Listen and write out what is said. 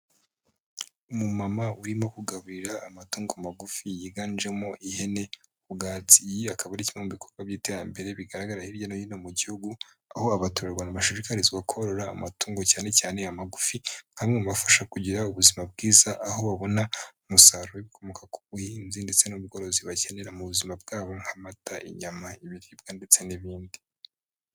Umumama urimo kugaburira amatango magufi yiganjemo ihene, ubwatsi. Akaba ari kimwe mu bikorwa by'iterambere bigaragara hirya no hino mu gihugu. Aho abaturarwanda bashishikarizwa korora amatungo cyane cyane amagufi nk'amwe abafasha kugira ubuzima bwiza. Aho babona umusaruro w'ibikomoka ku buhinzi ndetse n'ubworozi bakenera mu buzima bwabo nk'amata, inyama, ibiribwa ndetse n'ibindi.